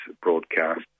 broadcast